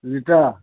litre